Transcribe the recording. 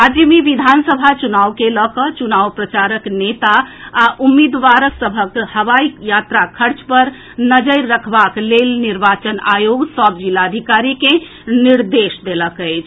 राज्य मे विधानसभा चुनाव के लऽ कऽ चुनाव प्रचारक नेता आ उम्मीदवार सभक हवाई यात्रा खर्च पर नजरि रखबाक लेल निर्वाचन आयोग सभ जिलाधिकारी के निर्देश देलक अछि